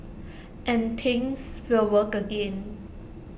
and things will work again